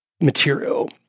material